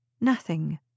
Nothing